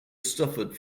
suffered